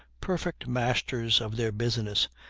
perfect masters of their business,